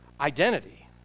identity